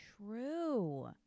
true